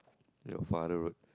your father road